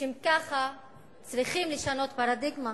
לשם כך צריכים לשנות פרדיגמה.